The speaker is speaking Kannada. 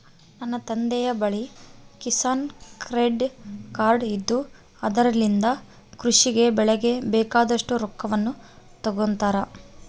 ನನ್ನ ತಂದೆಯ ಬಳಿ ಕಿಸಾನ್ ಕ್ರೆಡ್ ಕಾರ್ಡ್ ಇದ್ದು ಅದರಲಿಂದ ಕೃಷಿ ಗೆ ಬೆಳೆಗೆ ಬೇಕಾದಷ್ಟು ರೊಕ್ಕವನ್ನು ತಗೊಂತಾರ